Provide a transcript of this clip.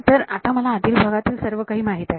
तर आता मला आतील भागातील सर्व काही माहित आहे